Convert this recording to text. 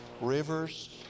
rivers